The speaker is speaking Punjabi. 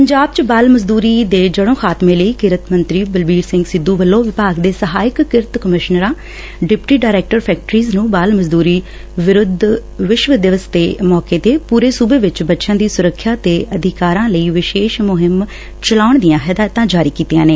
ਪੰਜਾਬ ਵਿਚ ਬਾਲ ਮਜਦੂਰੀ ਦੇ ਜੜੋਂ ਖਾਤਮੇ ਲਈ ਕਿਰਤ ਮੰਤਰੀ ਬਲਬੀਰ ਸਿੰਘ ਸਿੱਧੂ ਵਲੋਂ ਵਿਭਾਗ ਦੇ ਸਹਾਇਕ ਕਿਰਤ ਕਮਿਸ਼ਨਰਾਂ ਡਿਪਟੀ ਡਾਇਰੈਕਟਰ ਫੈਕਟਰੀਜ਼ ਨੂੰ 'ਬਾਲ ਮਜਦੂਰੀ ਵਿਰੁੰਧ ਵਿਸ਼ਵ ਦਿਵਸ' ਦੇ ਸੌਕੇ 'ਤੇ ਪੂਰੇ ਸੂਬੇ ਵਿਚ ਬੱਚਿਆਂ ਦੀ ਸੁਰੱਖਿਆ ਤੇ ਅਧਿਕਾਰਾਂ ਲਈ ਵਿਸ਼ੇਸ਼ ਮੁਹਿੰਮ ਚਲਾਉਣ ਦੀਆਂ ਹਦਾਇਤਾ ਜਾਰੀ ਕੀਤੀਆ ਨੇ